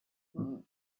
nobody